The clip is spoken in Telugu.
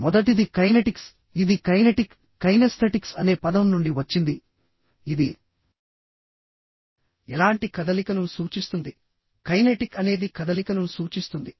మొదటిది కైనెటిక్స్ ఇది కైనెటిక్ కైనెస్థెటిక్స్ అనే పదం నుండి వచ్చింది ఇది ఎలాంటి కదలికను సూచిస్తుంది కైనెటిక్ అనేది కదలికను సూచిస్తుంది